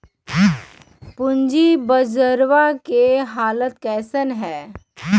पूंजी बजरवा के हालत कैसन है?